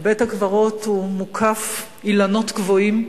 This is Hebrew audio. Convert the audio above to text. ובית-הקברות מוקף אילנות גבוהים,